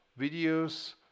videos